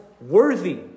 worthy